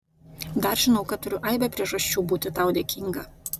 dar žinau kad turiu aibę priežasčių būti tau dėkinga